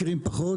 מכירים פחות.